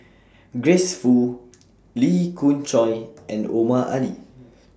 Grace Fu Lee Khoon Choy and Omar Ali